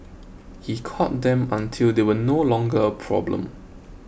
he caught them until they were no longer a problem